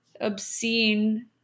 obscene